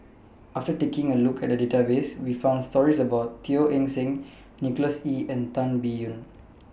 after taking A Look At The Database We found stories about Teo Eng Seng Nicholas Ee and Tan Biyun